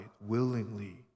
willingly